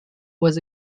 was